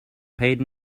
paid